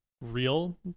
real